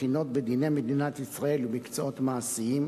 בחינות בדיני מדינת ישראל ובמקצועות מעשיים),